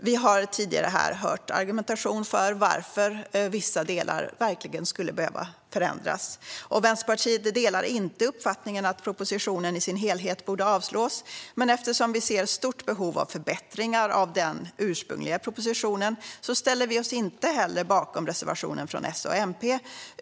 Vi har tidigare hört argumentation för varför vissa delar verkligen skulle behöva förändras. Vänsterpartiet delar inte uppfattningen att propositionen i sin helhet borde avslås, men eftersom vi ser ett stort behov av förbättringar av den ursprungliga propositionen ställer vi oss inte heller bakom reservationen från S och MP.